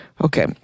Okay